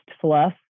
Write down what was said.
fluff